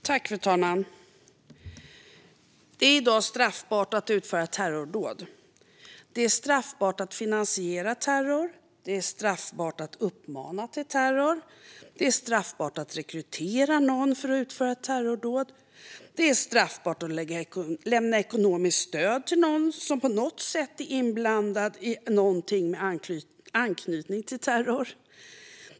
Fru talman! Det är i dag straffbart att utföra terrordåd. Det är straffbart att finansiera terror. Det är straffbart att uppmana till terror. Det är straffbart att rekrytera någon för att utföra terrordåd. Det är straffbart att lämna ekonomiskt stöd till någon som på något sätt är inblandad i någonting med anknytning till terror.